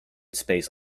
space